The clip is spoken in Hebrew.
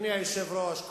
אדוני היושב-ראש,